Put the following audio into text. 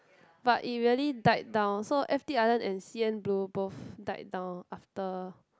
but it really died down so F-T_Island and C_N-Blue both died down after